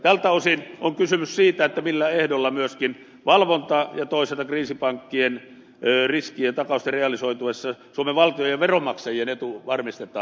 tältä osin on kysymys siitä millä ehdoilla myöskin valvonta ja toisaalta kriisipankkien riskien takausten realisoituessa suomen valtion ja veronmaksajien etu varmistetaan